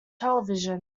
television